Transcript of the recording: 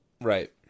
Right